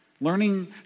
Learning